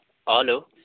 hello